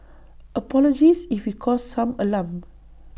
apologies if we caused some alarm